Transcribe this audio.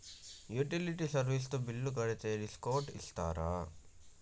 Utility service తో bill కడితే discount ఇస్తరా?